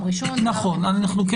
נכון, דיברנו על זה ביום ראשון.